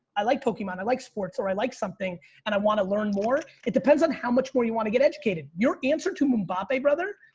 i like pokemon. i like sports or i like something and i wanna learn more. it depends on how much more you want to get educated. your answer to mbappe brother,